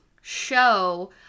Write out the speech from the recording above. show